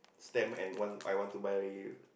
stamp and want I want to buy